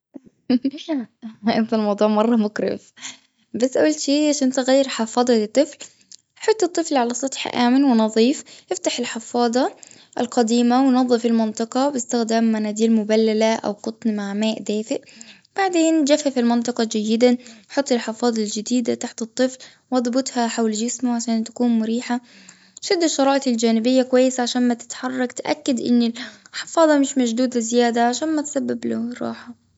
أنت الموضوع مرة مقرف. بس أول شي علشان أغير حفاضة. حط الطفل على سطح آمن ونضيف أفتح الحفاضة القديمة ونضف المنطقة بإستخدام مناديل مبللة أو قطن مع ماء دافئ. بعدين جفف المنطقة جيدا حط الحفاضة الجديدة تحت الطفل وإضبطها حول الجسم عشان تكون مريحة. تشد الشرائط الجانبية كويس عشان ما تتحرك تأكد أن الحفاضة مش مشدودة زيادة عشان ما تسبب لهم الراحة.